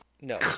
No